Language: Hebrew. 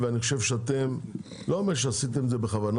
ואני לא אומר שעשיתם את זה בכוונה.